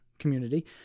community